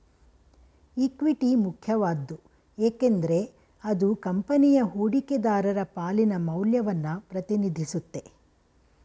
equity ಮುಖ್ಯವಾದ್ದು ಏಕೆಂದ್ರೆ ಅದು ಕಂಪನಿಯ ಹೂಡಿಕೆದಾರರ ಪಾಲಿನ ಮೌಲ್ಯವನ್ನ ಪ್ರತಿನಿಧಿಸುತ್ತೆ